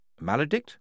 Maledict